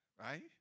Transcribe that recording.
right